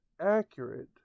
accurate